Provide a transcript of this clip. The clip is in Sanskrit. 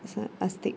स अस्ति